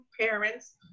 parents